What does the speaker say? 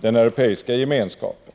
den europeiska gemenskapen.